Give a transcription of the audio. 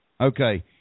Okay